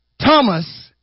Thomas